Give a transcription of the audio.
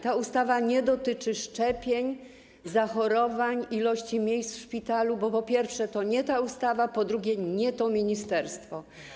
Ta ustawa nie dotyczy szczepień, zachorowań, ilości miejsc w szpitalu, bo to, po pierwsze, nie ta ustawa, a po drugie, nie to ministerstwo.